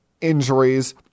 injuries